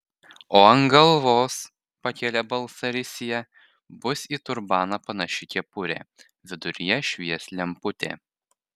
o ant galvos pakėlė balsą risia bus į turbaną panaši kepurė viduryje švies lemputė